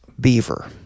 beaver